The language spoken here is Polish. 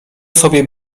sobie